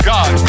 God